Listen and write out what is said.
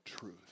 truth